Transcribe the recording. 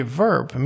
verb